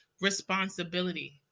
responsibility